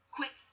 quick